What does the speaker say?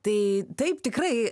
tai taip tikrai